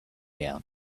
gown